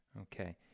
Okay